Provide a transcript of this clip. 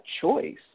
choice